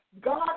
God